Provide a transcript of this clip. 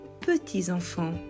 petits-enfants